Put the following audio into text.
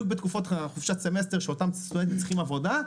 בתקופות של חופשת סמסטר כשאותם סטודנטים צריכים עבודה.